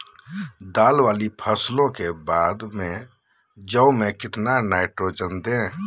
दाल वाली फसलों के बाद में जौ में कितनी नाइट्रोजन दें?